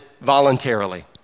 voluntarily